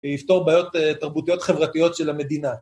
ולפתור בעיות תרבותיות חברתיות של המדינה.